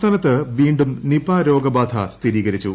സംസ്ഥാനത്ത് വീണ്ടും നിപ രോഗ ബാധ സ്ഥിരീകരിച്ചു